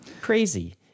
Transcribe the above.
Crazy